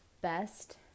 best